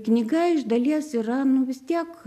knyga iš dalies yra nu vis tiek